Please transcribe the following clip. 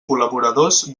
col·laboradors